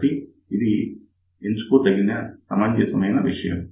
కాబట్టి ఇది ఎంచుకో దగిన సమంజసమైన విలువ